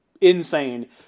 insane